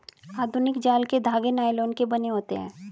आधुनिक जाल के धागे नायलोन के बने होते हैं